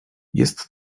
jest